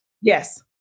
Yes